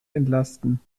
entlasten